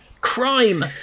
Crime